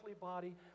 body